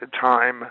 time